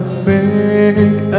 fake